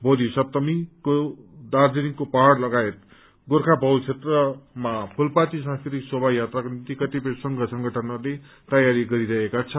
भोली सप्तमीको दार्जीलिङ पहाड़ लगायत गोर्खा बाहुल क्षेत्रमा फूलपाती सांस्कृतिक शोभा यात्राको निम्ति कतिपय संघ संगठनहस्ले तैयारी गरिरहेका छन्